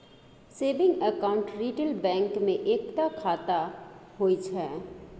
saving account retail bank मे एकता खाता होइ छै